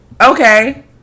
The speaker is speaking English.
okay